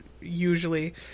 Usually